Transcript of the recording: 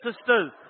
sisters